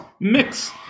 mix